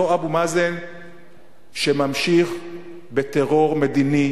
אותו אבו מאזן שממשיך בטרור מדיני,